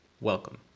Welcome